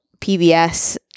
PBS